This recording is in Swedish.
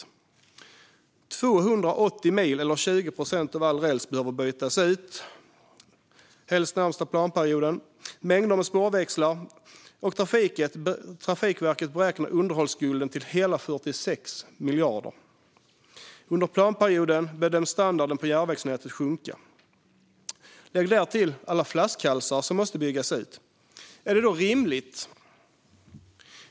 Det är 280 mil eller 20 procent av all räls som behöver bytas ut, helst den närmaste planperioden, och mängder med spårväxlar. Trafikverket beräknade underhållsskulden till hela 46 miljarder. Under planperioden bedöms standarden på järnvägsnätet sjunka. Lägg därtill alla flaskhalsar som måste byggas bort.